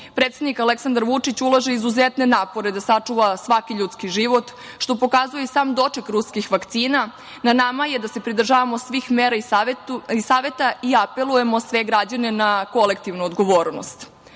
Evropi. Predsednik Aleksandar Vučić ulaže izuzetne napore da sačuva svaki ljudski život, što pokazuje i sam doček ruskih vakcina. Na nama je da se pridržavamo svih mera i saveta i apelujemo na sve građane na kolektivnu odgovornost. Osim